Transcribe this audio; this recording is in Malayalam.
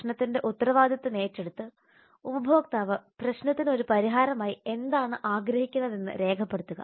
പ്രശ്നത്തിന്റെ ഉത്തരവാദിത്തം ഏറ്റെടുത്ത് ഉപഭോക്താവ് പ്രശ്നത്തിന് ഒരു പരിഹാരമായി എന്താണ് ആഗ്രഹിക്കുന്നതെന്ന് രേഖപ്പെടുത്തുക